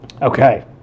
Okay